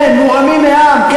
כן, מורמים מעם.